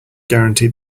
guaranteed